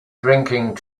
drinking